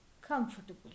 comfortable